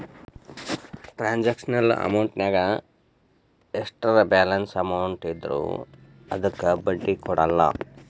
transactional ಅಕೌಂಟಿನ್ಯಾಗ ಎಷ್ಟರ balance amount ಇದ್ರೂ ಅದಕ್ಕ ಬಡ್ಡಿ ಕೊಡಲ್ಲ